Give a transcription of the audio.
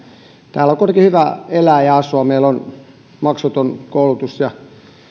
täällä on kuitenkin hyvä elää ja asua meillä on maksuton koulutus ja